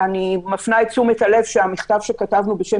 אני מפנה את תשומת הלב שהמכתב שכתבנו בשם